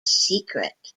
secret